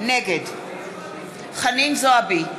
נגד חנין זועבי,